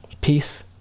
peace